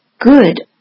good